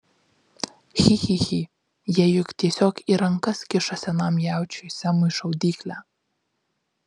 chi chi chi jie juk tiesiog į rankas kiša senam jaučiui semui šaudyklę